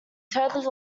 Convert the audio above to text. totally